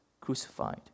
crucified